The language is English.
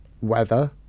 weather